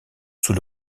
sous